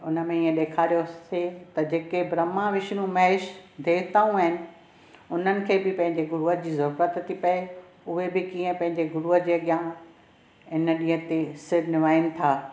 हुन में इएं ॾेखारियोसीं त जेके ब्रम्हा विष्णु महेश देवता आहिनि हुननि खे बि पंहिंजे गुरुअ जी ज़रूरत थी पए ऊहे बि कीअं पंहिंजे गुरूअ जे अॻियां हिन ॾींहुं ते सिर निवाइनि था